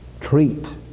treat